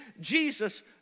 Jesus